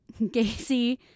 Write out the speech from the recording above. Gacy